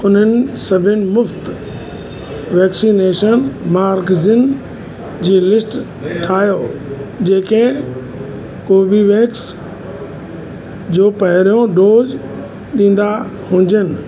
उन्हनि सभिनि मुफ़्ति वैक्सीनेशन मर्कज़नि जी लिस्ट ठाहियो जेके कोर्बीवैक्स जो पहिरियों डोज ॾींदा हुजनि